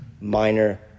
minor